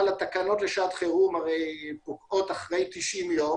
אבל התקנות לשעת חירום פוקעות אחרי 90 יום